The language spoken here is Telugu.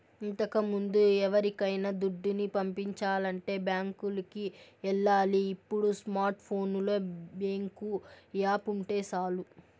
ఇంతకముందు ఎవరికైనా దుడ్డుని పంపించాలంటే బ్యాంకులికి ఎల్లాలి ఇప్పుడు స్మార్ట్ ఫోనులో బ్యేంకు యాపుంటే సాలు